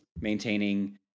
maintaining